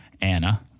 Anna